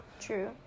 True